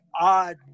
odd